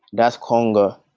that's conga.